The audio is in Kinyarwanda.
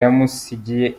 yamusigiye